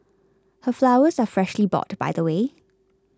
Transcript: her flowers are freshly bought by the way